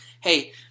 hey